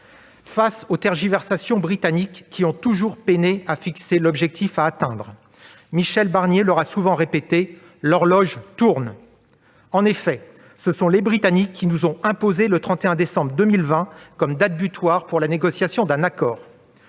Face aux tergiversations des Britanniques, qui ont toujours peiné à fixer l'objectif à atteindre, Michel Barnier a souvent répété :« L'horloge tourne !» En effet, ce sont les Britanniques qui nous ont imposé le 31 décembre 2020 comme date butoir pour la négociation d'un accord.